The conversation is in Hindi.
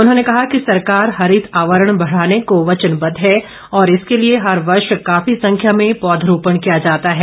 उन्होंने कहा कि सरकार हरित आवरण बढ़ाने को वचनबद्व है और इसके लिए हर वर्ष काफी संख्या में पौध रोपण किया जाता है